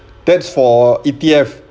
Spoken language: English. that's for E_T_F